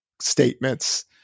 statements –